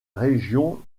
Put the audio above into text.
région